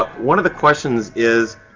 ah one of the questions is,